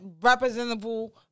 representable